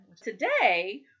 Today